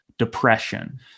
Depression